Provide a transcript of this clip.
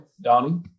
Donnie